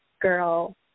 girl